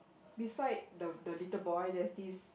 beside the the little boy there's this